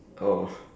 oh